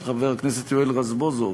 של חבר הכנסת יואל רזבוזוב,